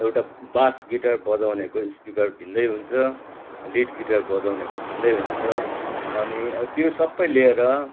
एउटा bass guitar बजाउँनेको speaker भिन्दै हुन्छ लिड गिटार बजाउँनेको भिन्दै हुन्छ अनि त्यो सबै लिएर